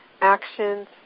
actions